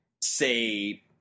say